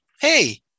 hey